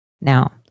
Now